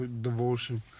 devotion